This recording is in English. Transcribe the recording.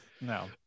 No